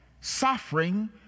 Suffering